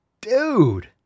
Dude